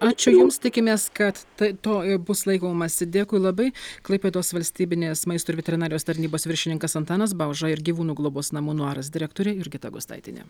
ačiū jums tikimės kad tai to ir bus laikomasi dėkui labai klaipėdos valstybinės maisto ir veterinarijos tarnybos viršininkas antanas bauža ir gyvūnų globos namų nuaras direktorė jurgita gustaitienė